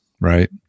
right